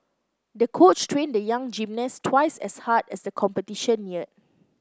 the coach trained the young gymnast twice as hard as the competition neared